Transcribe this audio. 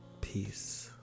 Peace